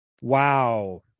wow